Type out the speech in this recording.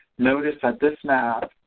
notice that this map